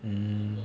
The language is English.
mm